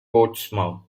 portsmouth